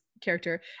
character